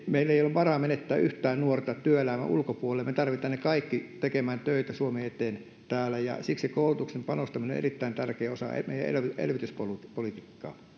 meillä ei ole varaa menettää yhtään nuorta työelämän ulkopuolelle me tarvitsemme heidät kaikki tekemään töitä suomen eteen täällä ja siksi koulutukseen panostaminen on erittäin tärkeä osa meidän elvytyspolitiikkaamme